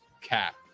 Cap